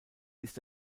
ist